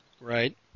Right